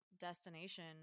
destination